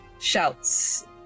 shouts